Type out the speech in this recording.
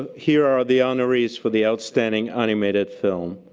here are the honorees for the outstanding animated film.